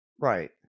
Right